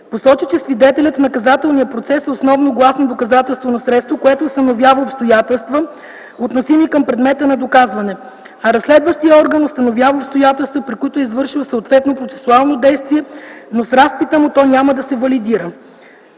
Посочи, че свидетелят в наказателния процес е основно гласно доказателствено средство, което установява обстоятелства, относими към предмета на доказване, а разследващият орган установява обстоятелства, при които е извършил съответно процесуално действие, но с разпита му то няма да се валидира.